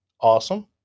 Awesome